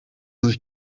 sich